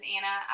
Anna